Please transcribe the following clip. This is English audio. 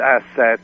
asset